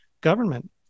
government